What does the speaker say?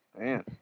Man